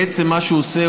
בעצם מה שהיא עושה,